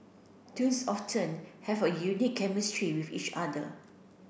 twins often have a unique chemistry with each other